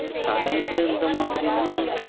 சடங்கு இந்த மாதிரின்னா